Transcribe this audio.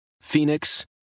Phoenix